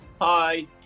Hi